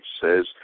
says